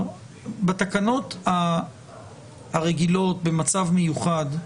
בתקנות הרגילות, במצב מיוחד,